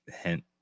hint